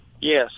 yes